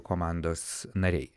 komandos nariai